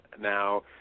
Now